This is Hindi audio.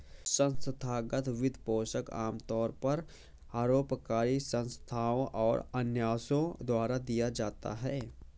संस्थागत वित्तपोषण आमतौर पर परोपकारी संस्थाओ और न्यासों द्वारा दिया जाता है